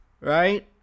right